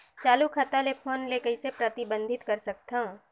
चालू खाता ले फोन ले कइसे प्रतिबंधित कर सकथव?